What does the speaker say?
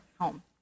home